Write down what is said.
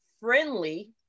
friendly